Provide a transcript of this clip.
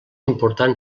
important